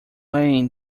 lane